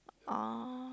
oh